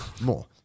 more